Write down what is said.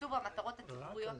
בתקצוב המטרות הציבוריות השונות,